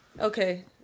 okay